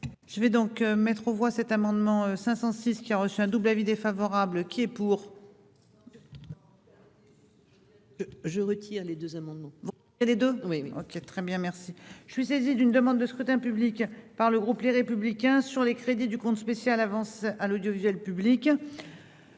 Je vais donc mettre aux voix cet amendement 506 qui a reçu un double avis défavorable qui est pour. Je retire les deux amendements et les deux oui, OK, très bien, merci, je suis saisi d'une demande de scrutin public par le groupe, les républicains sur les crédits du compte spécial avances à l'audiovisuel public.